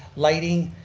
lighting,